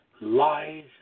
lies